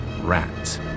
rat